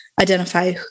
identify